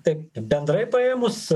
taip bendrai paėmus